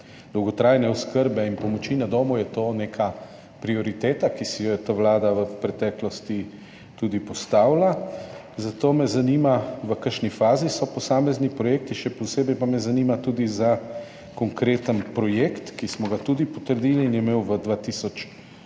dolgotrajne oskrbe in pomoči na domu je to neka prioriteta, ki si jo je ta vlada v preteklosti postavila. Zanima me: V kakšni fazi so posamezni projekti? Še posebej pa me zanima tudi za konkreten projekt, ki smo ga tudi potrdili in je imel v 2024